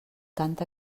canta